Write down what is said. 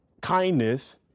kindness